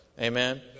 Amen